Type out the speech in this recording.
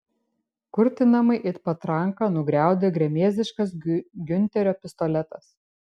kurtinamai it patranka nugriaudėjo gremėzdiškas giunterio pistoletas